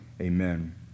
amen